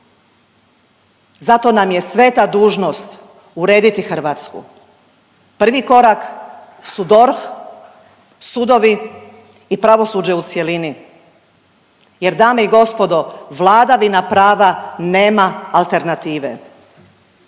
Zato nam je sveta dužnost urediti Hrvatsku. Prvi korak su DORH, sudovi i pravosuđe u cjelini jer, dame i gospodo, vladavina prava nema alternative.